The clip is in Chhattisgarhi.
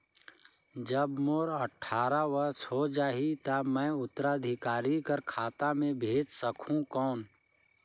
जब मोर अट्ठारह वर्ष हो जाहि ता मैं उत्तराधिकारी कर खाता मे भेज सकहुं कौन?